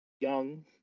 young